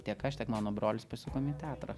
tiek aš tiek mano brolis pasukom į teatrą